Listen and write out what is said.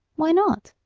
why not?